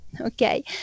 Okay